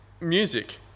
music